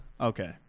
Okay